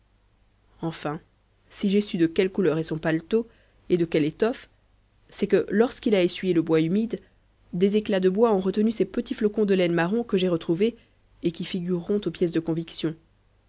enfin si j'ai su de quelle couleur est son paletot et de quelle étoffe c'est que lorsqu'il a essuyé le bois humide des éclats de bois ont retenu ces petits flocons de laine marron que j'ai retrouvés et qui figureront aux pièces de conviction